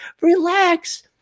Relax